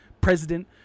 president